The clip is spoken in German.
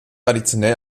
traditionell